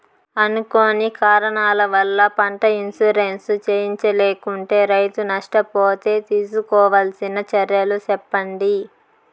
అనుకోని కారణాల వల్ల, పంట ఇన్సూరెన్సు చేయించలేకుంటే, రైతు నష్ట పోతే తీసుకోవాల్సిన చర్యలు సెప్పండి?